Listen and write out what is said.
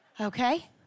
okay